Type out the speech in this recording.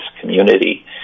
community